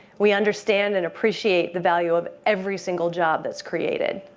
we understand and appreciate the value of every single job that's created.